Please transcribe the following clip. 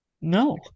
No